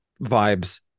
vibes